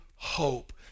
Hope